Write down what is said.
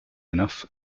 enough